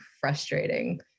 frustrating